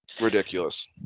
ridiculous